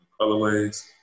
colorways